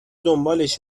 دنبالش